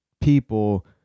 people